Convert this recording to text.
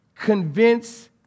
convince